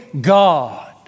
God